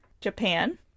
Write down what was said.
Japan